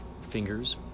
fingers